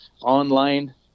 online